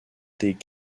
des